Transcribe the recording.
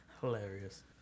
Hilarious